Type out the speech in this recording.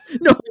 No